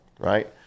right